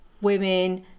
women